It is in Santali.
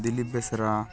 ᱫᱤᱞᱤᱯ ᱵᱮᱥᱨᱟ